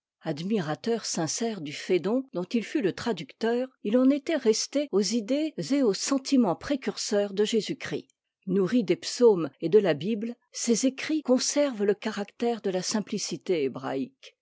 admirateur sincère du phédon dont il fut le traducteur il en était resté aux idées et aux sentiments précurseurs de jésus-christ nourri des psaumes et de la bible ses écrits conservent le caractère de la simplicité hébraïque